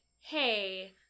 hey